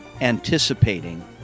anticipating